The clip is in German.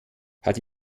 hat